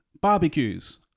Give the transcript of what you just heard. barbecues